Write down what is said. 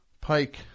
Pike